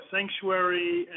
Sanctuary